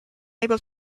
able